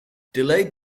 delayed